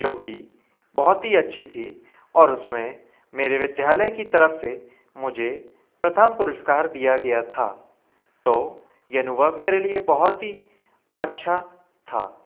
जो कि बहुत अच्छी थी और उसमें मेरे विद्यालय की तरफ़ से मुझे प्रथम पुरस्कार दिया गया था तो ये अनुभव मेरे लिए बहुत ही अच्छा था